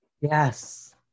Yes